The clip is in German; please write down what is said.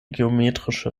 geometrische